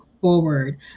forward